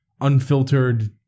unfiltered